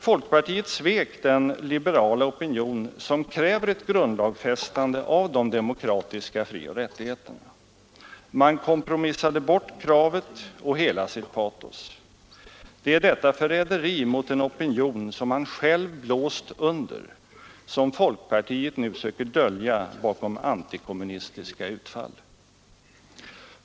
Folkpartiet svek den liberala opinion som kräver ett grundlagsfästande av de demokratiska frioch rättigheterna. Man kompromissade bort kravet och hela sitt patos. Det är detta förräderi mot en opinion som man själv blåst under som folkpartiet nu söker dölja bakom antikommunistiska utfall.